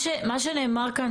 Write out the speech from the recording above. לפני שנה בדקו.